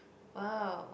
!wow!